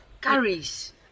Curries